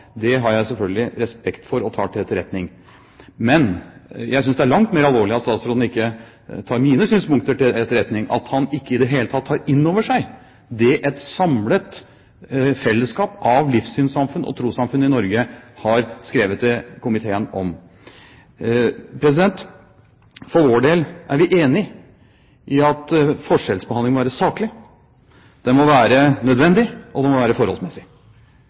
Det har jeg selvfølgelig respekt for og tar til etterretning. Men jeg synes det er langt mer alvorlig enn at statsråden ikke tar mine synspunkter til etterretning, at han ikke i det hele tatt tar inn over seg det et samlet fellesskap av livssynssamfunn og trossamfunn i Norge har skrevet til komiteen om. For vår del er vi enig i at forskjellsbehandling må være saklig, den må være nødvendig, og den må være forholdsmessig.